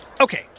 Okay